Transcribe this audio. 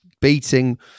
beating